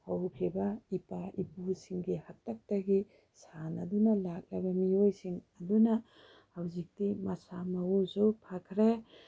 ꯍꯧꯈꯤꯕ ꯏꯄꯥ ꯏꯄꯨꯁꯤꯡꯒꯤ ꯍꯥꯛꯇꯛꯇꯒꯤ ꯁꯥꯟꯅꯗꯨꯅ ꯂꯥꯛꯂꯕ ꯃꯤꯑꯣꯏꯁꯤꯡ ꯑꯗꯨꯅ ꯍꯧꯖꯤꯛꯇꯤ ꯃꯁꯥ ꯃꯎꯁꯨ ꯐꯈꯔꯦ